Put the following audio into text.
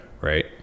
right